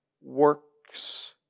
works